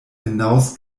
hinaus